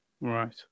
Right